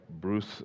Bruce